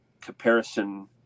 comparison